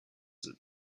that